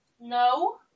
No